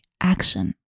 action